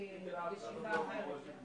יש לי ישיבה אחרת.